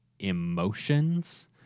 Emotions